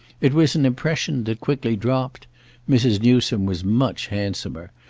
it was an impression that quickly dropped mrs. newsome was much handsomer,